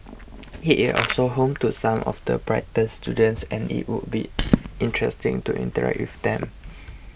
it is also home to some of the brightest students and it would be interesting to interact with them